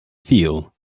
feel